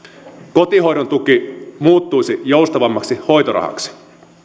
kotihoidon tuki muuttuisi joustavammaksi hoitorahaksi